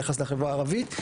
ביחס לחברה הערבית.